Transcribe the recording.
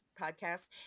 podcast